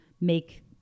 make